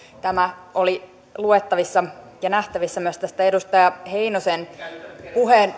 tämä oli luettavissa ja nähtävissä myös tästä edustaja heinosen